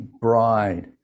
bride